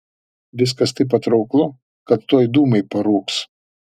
viskas taip patrauklu kad tuoj dūmai parūks